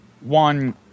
One